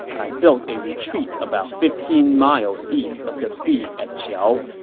i built a retreat about fifteen miles east of the fief at qiao,